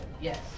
Yes